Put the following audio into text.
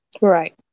Right